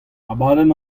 abadenn